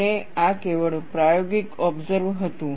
અને આ કેવળ પ્રાયોગિક ઓબસર્વ હતું